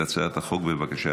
בבקשה,